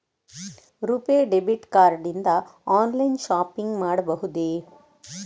RuPay debit card ನಿಂದ online shopping ಮಾಡಬಹುದೇ?